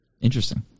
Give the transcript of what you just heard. Interesting